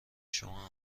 شما